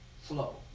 flow